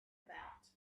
about